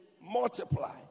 multiply